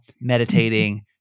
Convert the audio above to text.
meditating